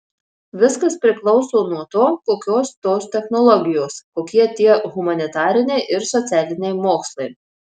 viskas priklauso nuo to kokios tos technologijos kokie tie humanitariniai ir socialiniai mokslai